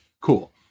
Cool